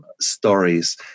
stories